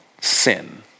sin